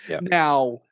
Now